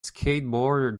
skateboarder